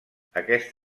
aquest